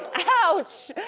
ouch.